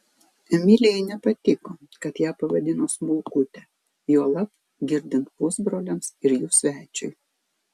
emilijai nepatiko kad ją pavadino smulkute juolab girdint pusbroliams ir jų svečiui